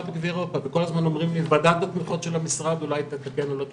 וכל הזמן אומרים לי ועדת התמיכות של המשרד תתקן או לא תתקן.